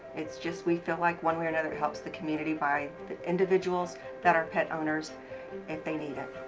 it's just we feel like one way or another helps the community by the individuals that are pet owners if they need it.